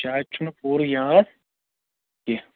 شاید چھُنہٕ پوٗرٕ یاد کیٚنٛہہ